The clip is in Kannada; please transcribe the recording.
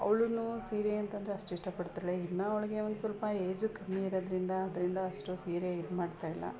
ಅವಳೂನು ಸೀರೆ ಅಂತಂದರೆ ಅಷ್ಟಿಷ್ಟ ಪಡ್ತಾಳೆ ಇನ್ನು ಅವ್ಳಿಗೆ ಒಂದು ಸ್ವಲ್ಪ ಏಜು ಕಮ್ಮಿ ಇರೋದ್ರಿಂದ ಅದರಿಂದ ಅಷ್ಟು ಸೀರೆ ಇದುಮಾಡ್ತಾಯಿಲ್ಲ